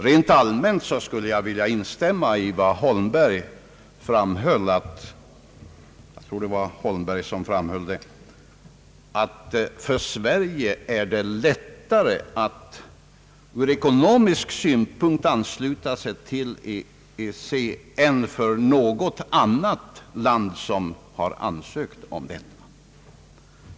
Rent allmänt skulle jag vilja instämma i vad jag tror herr Holmberg framhöll, att det för Sverige är lättare att ur ekonomisk synpunkt ansluta sig till EEC än för något annat land som har ansökt om medlemskap.